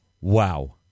wow